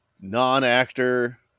non-actor